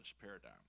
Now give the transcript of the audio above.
paradigm